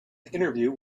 interview